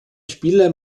spieler